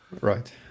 Right